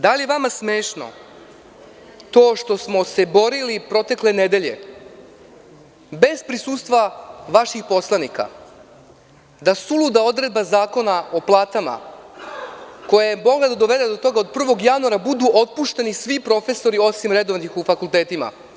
Da li je vama smešno to što smo se borili protekle nedelje, bez prisustva vaših poslanika, da suluda odredba Zakona o platama, koja je mogla da dovede do toga da od 1. januara budu otpušteni svi profesori, osim redovnih na fakultetima?